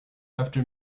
after